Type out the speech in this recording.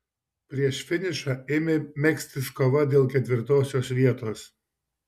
prieš finišą ėmė megztis kova dėl ketvirtosios vietos